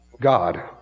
God